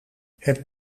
het